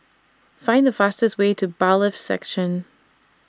Find The fastest Way to Bailiffs' Section